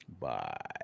Bye